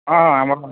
ହଁ ହଁ ଆମର